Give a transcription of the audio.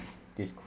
this co~